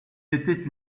étaient